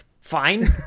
fine